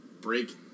break